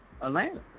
Atlanta